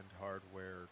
hardware